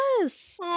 yes